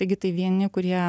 taigi tai vieni kurie